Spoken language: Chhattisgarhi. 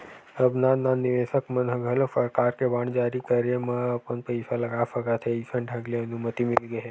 अब नान नान निवेसक मन ह घलोक सरकार के बांड जारी करे म अपन पइसा लगा सकत हे अइसन ढंग ले अनुमति मिलगे हे